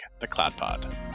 theCloudPod